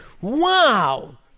Wow